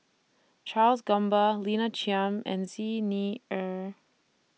Charles Gamba Lina Chiam and Xi Ni Er